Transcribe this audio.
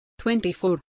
24